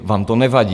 Vám to nevadí?